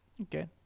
Okay